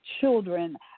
children